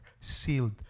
Sealed